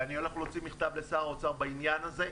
ואני הולך להוציא מכתב לשר האוצר בעניין הזה.